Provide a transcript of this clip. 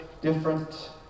different